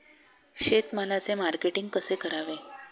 शेतमालाचे मार्केटिंग कसे करावे?